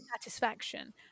satisfaction